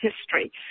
history